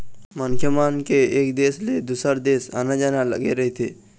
मनखे मन के एक देश ले दुसर देश आना जाना लगे रहिथे